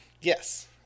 Yes